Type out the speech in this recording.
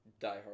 diehard